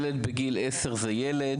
ילד בגיל 10 זה ילד,